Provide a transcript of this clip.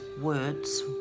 words